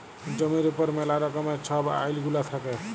জমির উপর ম্যালা রকমের ছব আইল গুলা থ্যাকে